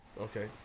Okay